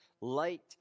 light